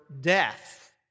death